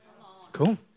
cool